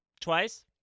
twice